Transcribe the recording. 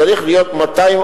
צריך להיות "249",